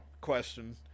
question